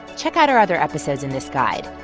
check out our other episodes in this guide.